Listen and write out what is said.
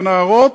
לנערות,